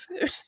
food